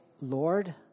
Lord